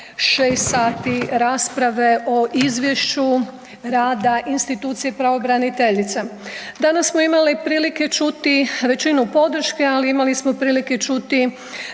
6 sati rasprave o Izvješću rada institucije pravobraniteljice. Danas smo imali prilike čuti većinu podrške, ali imali smo prilike čuti